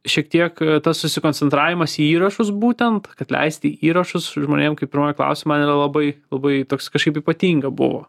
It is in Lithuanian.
šiek tiek tas susikoncentravimas į įrašus būtent kad leisti įrašus žmonėm kaip ir mane klausia man yra labai labai toks kažkaip ypatinga buvo